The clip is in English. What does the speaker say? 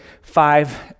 five